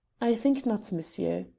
i think not, monsieur.